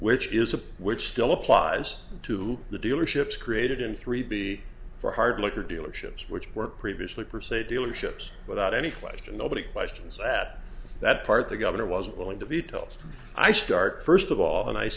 which is a which still applies to the dealership's created in three b for hard liquor dealerships which were previously perceived dealerships without any question nobody questions that that part the governor was willing to veto i start first of all and i